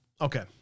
Okay